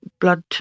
blood